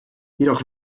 jedoch